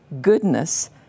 goodness